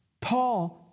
Paul